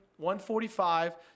145